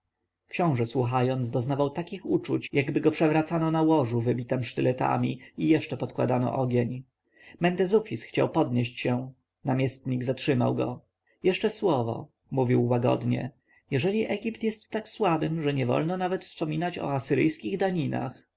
książę słuchając doznawał takich uczuć jakby go przewracano na łożu wybitem sztyletami i jeszcze podkładano ogień mentezufis chciał podnieść się namiestnik zatrzymał go jeszcze słowo mówił łagodnie jeżeli egipt jest tak słabym że nie wolno nawet wspominać o asyryjskich daninach